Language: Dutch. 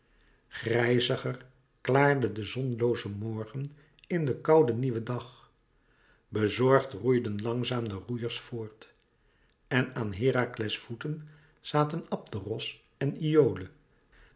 grijziger klaarde de zonlooze morgen in den kouden nieuwen dag bezorgd roeiden langzaam de roeiers voort en aan herakles voeten zaten abderos en iole